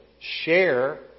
share